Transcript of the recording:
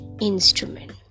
instrument